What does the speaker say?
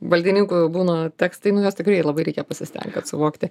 valdininkų būna tekstai nu juos tikrai labai reikia pasistengt kad suvokti